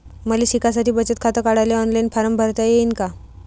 मले शिकासाठी बचत खात काढाले ऑनलाईन फारम भरता येईन का?